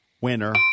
winner